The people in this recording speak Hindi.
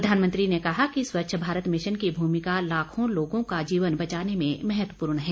प्रधानमंत्री ने कहा कि स्वच्छ भारत मिशन की भूमिका लाखों लोगों का जीवन बचाने में महत्वपूर्ण है